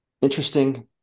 interesting